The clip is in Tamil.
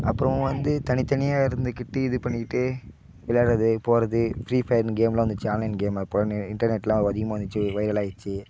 அப்புறோம் வந்து தனித்தனியாக இருந்து கிட்டு இது பண்ணிக்கிட்டு விளையாடுகிறது போகிறது ப்ரீஃபயர் கேம்லாம் வந்துடுச்சு ஆன்லைன் கேம் இப்போ இன்டர்நெட்லாம் அதிகமாக வந்துடுச்சு வைரலாகிடுச்சி